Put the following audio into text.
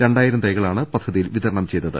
രണ്ടായിരം തൈകളാണ് പദ്ധതി യിൽ വിതരണം ചെയ്തത്